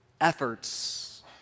efforts